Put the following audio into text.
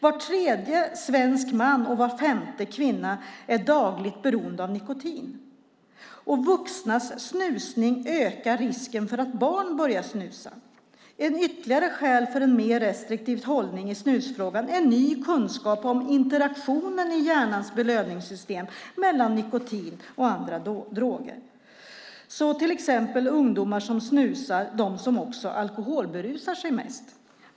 Var tredje svensk man och var femte kvinna är dagligt beroende av nikotin. Vuxnas snusning ökar risken för att barn börjar snusa. Ett ytterligare skäl för en mer restriktiv hållning i snusfrågan är ny kunskap om interaktionen i hjärnans belöningssystem mellan nikotin och andra droger. Så är till exempel ungdomar som snusar de som också alkoholberusar sig mest.